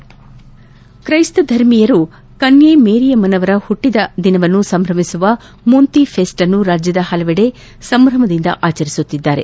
ತ್ರೈಸ್ತ ಧರ್ಮೀಯರು ಕನ್ಯಾ ಮಾರಿಯಮ್ಮನವರ ಹುಟ್ಟದ ದಿನವನ್ನು ಸಂಭವಿಸುವ ಮೊಂತಿ ಫೆಸ್ಟ್ ನ್ನು ರಾಜ್ಯದ ಮಾಹಲವೆಡೆ ಸಂಭ್ರಮದಿಂದ ೆಆಚರಿಸುತ್ತಿದ್ದಾರೆ